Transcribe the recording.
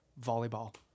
volleyball